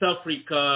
Africa